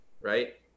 Right